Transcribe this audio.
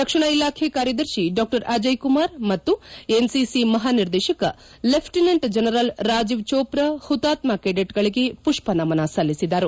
ರಕ್ಷಣಾ ಇಲಾಖೆ ಕಾರ್ಯದರ್ಶಿ ಡಾ ಅಜಯ್ ಕುಮಾರ್ ಮತ್ತು ಎನ್ಸಿಸಿ ಮಹಾನಿರ್ದೇಶಕ ಲೆಫ್ಟಿನೆಂಟ್ ಜನರಲ್ ರಾಜೀವ್ ಜೋಪ್ರಾ ಹುತಾತ್ನ ಕೆಡೆಟ್ಗಳಿಗೆ ಪುಷ್ಪನಮನ ಸಲ್ಲಿಸಿದರು